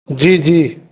जी जी